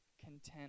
content